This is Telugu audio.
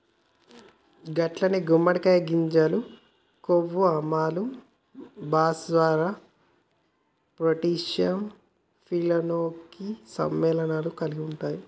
గట్లనే గుమ్మడికాయ గింజలు కొవ్వు ఆమ్లాలు, భాస్వరం పొటాషియం ఫినోలిక్ సమ్మెళనాలను కలిగి ఉంటాయి